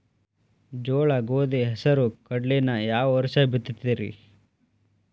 ಜೋಳ, ಗೋಧಿ, ಹೆಸರು, ಕಡ್ಲಿನ ಯಾವ ವರ್ಷ ಬಿತ್ತತಿರಿ?